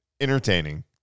entertaining